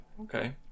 okay